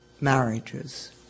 marriages